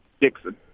Dixon